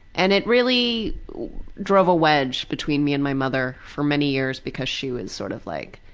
and it really drove a wedge between me and my mother for many years because she was sort of like,